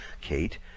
Kate